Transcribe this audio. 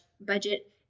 budget